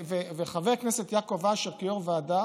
חבר הכנסת יעקב אשר כיו"ר ועדה